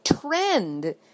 trend